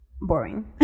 boring